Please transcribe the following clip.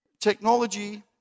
Technology